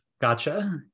gotcha